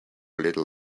little